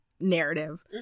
narrative